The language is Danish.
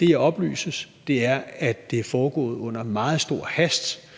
Det, jeg oplyses, er, at det er foregået i meget stor hast.